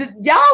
y'all